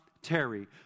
Terry